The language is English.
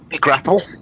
grapple